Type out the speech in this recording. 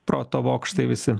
proto bokštai visi